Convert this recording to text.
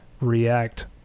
react